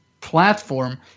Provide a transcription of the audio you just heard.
platform